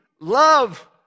love